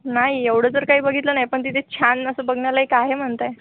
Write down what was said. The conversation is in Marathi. नाही एवढं तर काय बघितलं नाही पण तिथे छान असं बघण्यालायक आहे म्हणत आहे